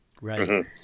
Right